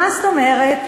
מה זאת אומרת,